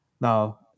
Now